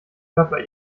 körper